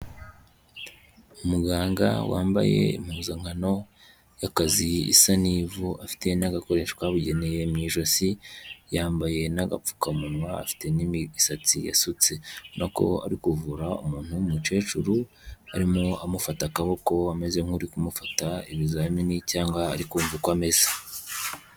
Umuganga wambaye impuzankano y'akazi isa n'ivu afite n'agakoresho twabugeneye mu ijosi, yambaye n'agapfukamunwa, afite n'imisatsi yasutse ubona ko ari kuvura umuntu w'umukecuru, arimo amufata akaboko ameze nk'uri kumufata ibizamini cyangwa ari kumva uko ameze.